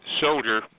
soldier